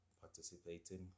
participating